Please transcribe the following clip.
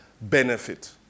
benefit